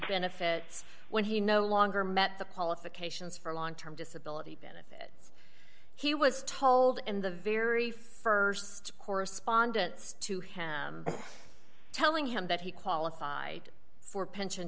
benefits when he no longer met the publication's for long term disability benefit he was told in the very st correspondence to him telling him that he qualified for pension